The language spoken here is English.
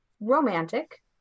romantic